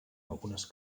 algunes